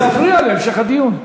זה מפריע להמשך הדיון.